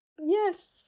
Yes